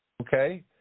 Okay